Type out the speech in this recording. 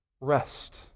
rest